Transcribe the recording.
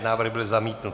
Návrh byl zamítnut.